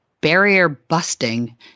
barrier-busting